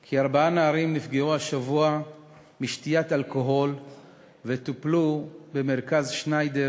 כי ארבעה נערים נפגעו השבוע משתיית אלכוהול וטופלו במרכז שניידר